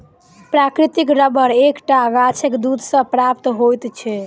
प्राकृतिक रबर एक टा गाछक दूध सॅ प्राप्त होइत छै